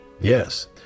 Yes